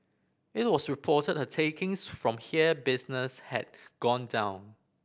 it was reported her takings from here business had gone down